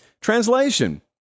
Translation